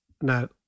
now